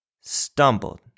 stumbled